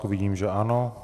Vidím, že ano.